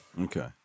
Okay